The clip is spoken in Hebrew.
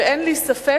ואין לי ספק,